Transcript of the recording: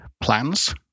plans